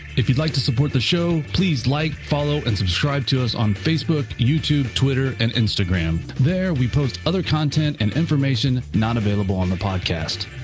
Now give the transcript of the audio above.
if you'd like to support the show, please like, follow, and subscribe to us on facebook, youtube, twitter, and instagram. there we post other content and information not available on the podcast.